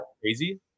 crazy